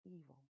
evil